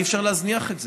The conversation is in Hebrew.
אי-אפשר להזניח את זה,